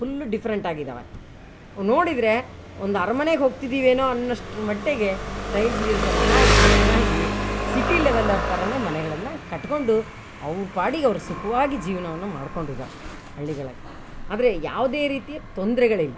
full different ಆಗಿದಾವೆ ನೋಡಿದರೆ ಒಂದು ಅರಮನೇಗ್ ಹೋಗ್ತಿದೀವಿ ಏನೋ ಅನ್ನೋಷ್ಟರ ಮಟ್ಟಿಗೇ ಟೈಲ್ಸ್ ಗೀಲ್ಸ್ ಎಲ್ಲ ಹಾಕಿ ಚೆನ್ನಾಗಿ ಸಿಟಿ ಲೆವೆಲೋರ ಥರಾನೇ ಮನೆಗಳನ್ನು ಕಟ್ಕೊಂಡು ಅವ್ರ ಪಾಡಿಗೆ ಅವರು ಸುಖ್ವಾಗಿ ಜೀವನವನ್ನು ಮಾಡಿಕೊಂಡಿದಾರೆ ಹಳ್ಳಿಗಳಲ್ಲಿ ಆದರೆ ಯಾವುದೇ ರೀತಿಯ ತೊಂದರೆಗಳಿಲ್ಲ